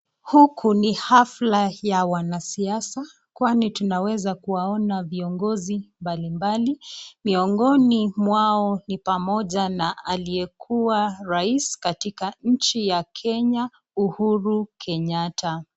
Huku ni hafla ya wanasiasa, kwani tunaweza kuwaona viongozi mbalimbali, miongoni mwao ni pamoja na aliyekuwa rais katika nchi ya kenya Uhuru Kenyatta.